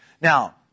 Now